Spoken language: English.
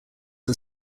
are